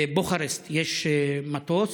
בבוקרשט יש מטוס,